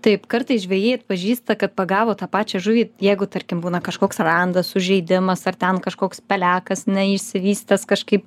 taip kartais žvejai atpažįsta kad pagavo tą pačią žuvį jeigu tarkim būna kažkoks randas sužeidimas ar ten kažkoks pelekas neišsivystęs kažkaip